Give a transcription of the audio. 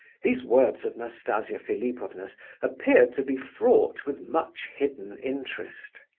these words of nastasia philipovna's appeared to be fraught with much hidden interest.